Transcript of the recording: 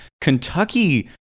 Kentucky